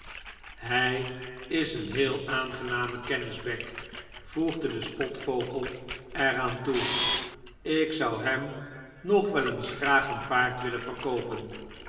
hij is een heel aangename kennis beck voegde de spotvogel er aan toe ik zou hem nog wel eens graag een paard willen verkoopen